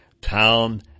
town